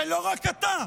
ולא רק אתה.